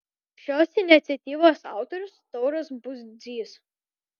šios iniciatyvos autorius tauras budzys